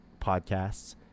podcasts